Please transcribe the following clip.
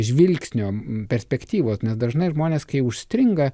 žvilgsnio perspektyvos nes dažnai žmonės kai užstringa